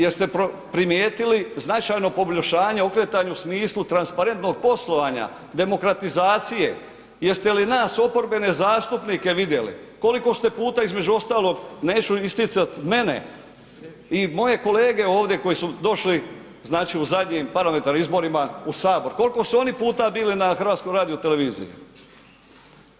Jeste primijetili značajno poboljšanje okretanje u smislu transparentnog poslovanja, demokratizacije, jeste li nas oporbene zastupnike vidjeli, koliko ste puta između ostalog, neću isticati mene i moje kolege ovdje koji su došli u zadnjim parlamentarnim izborima u Sabor, koliko su oni puta bili na HRT-u?